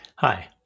Hi